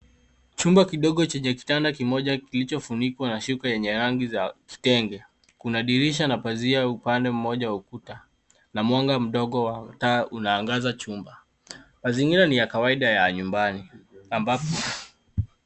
Chumba kidogo chenye kitanda kimoja kilichofunikwa na shuka yenye rangi za kitenge kuna dirisha na pazia upande mmoja wa ukuta na mwanga mdogo wa taa unaangaza chumba ,mazingira ni ya kawaida ya nyumbani.